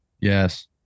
Yes